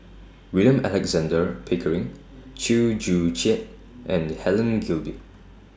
William Alexander Pickering Chew Joo Chiat and Helen Gilbey